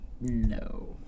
No